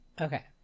Okay